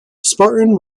spartan